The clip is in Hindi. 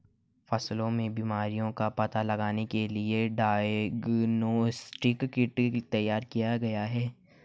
फसलों में बीमारियों का पता लगाने के लिए डायग्नोस्टिक किट तैयार किए गए हैं